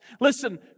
Listen